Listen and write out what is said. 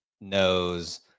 knows